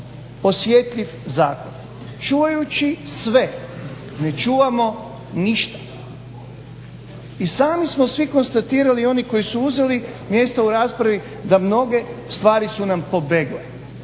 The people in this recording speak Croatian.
osjetljiv zakon. Čuvajući sve ne čuvamo ništa. I sami smo svi konstatirali i oni koji su uzeli mjesta u raspravi da mnoge stvari su nam pobegle.